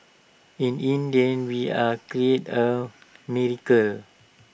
in India we are cleared A miracle